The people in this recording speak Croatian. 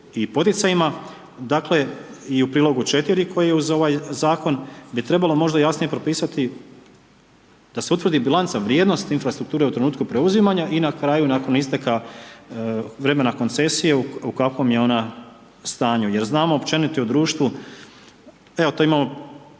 i poticajima, dakle i u Prilogu 4 koji je uz ovaj zakon bi trebalo možda jasnije propisati da se utvrdi bilanca vrijednosti infrastrukture u trenutku preuzimanja i na kraju nakon isteka vremena koncesije u kakvom je ona stanju jer znamo općenito i u društvu, evo tu imamo,